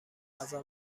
غذا